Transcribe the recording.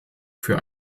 für